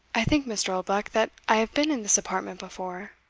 i think, mr. oldbuck, that i have been in this apartment before.